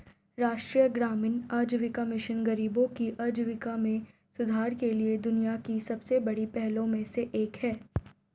राष्ट्रीय ग्रामीण आजीविका मिशन गरीबों की आजीविका में सुधार के लिए दुनिया की सबसे बड़ी पहलों में से एक है